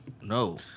No